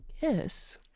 Yes